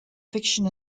fiction